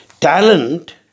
Talent